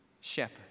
shepherd